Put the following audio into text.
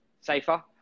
safer